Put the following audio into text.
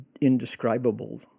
indescribable